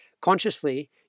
Consciously